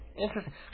Interesting